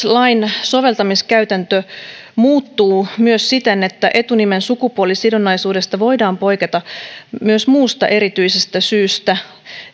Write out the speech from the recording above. lain soveltamiskäytäntö muuttuu myös siten että etunimen sukupuolisidonnaisuudesta voidaan poiketa myös muusta erityisestä syystä